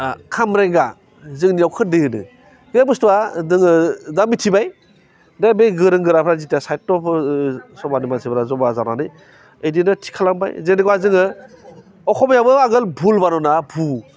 खामब्रेंगा जोंनियाव खोरदै होनो बे बुस्थुवा दोङो दा मिथिबाय दा बे गोरों गोराफोरा जिथिया साहित्य सभानि मानसिफ्रा जमा जानानै बिदिनो थि खालामबाय जेने'क'वा जोङो अक'मीयायावबो आगोल भुल बानाना बु